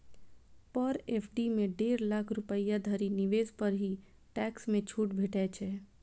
पर FD मे डेढ़ लाख रुपैया धरि निवेश पर ही टैक्स मे छूट भेटै छै